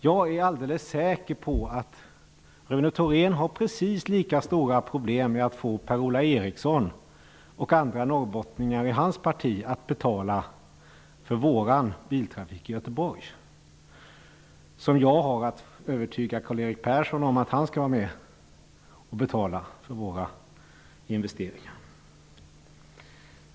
Jag är säker på att Rune Thorén har precis lika stora problem med att få Per-Ola Eriksson och andra norrbottningar i hans parti att betala för vår biltrafik i Göteborg som jag har att övertyga Karl Erik Persson om att han skall vara med och betala för våra investeringar.